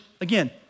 again